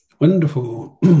Wonderful